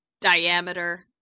diameter